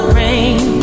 rain